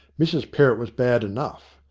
mrs perrott was bad enough,